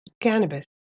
cannabis